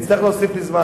תצטרך להוסיף לי זמן.